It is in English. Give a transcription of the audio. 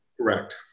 Correct